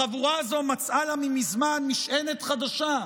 החבורה הזו מצאה לה מזמן משענת חדשה,